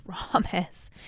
promise